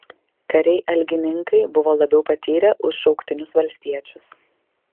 kariai algininkai buvo labiau patyrę už šauktinius valstiečius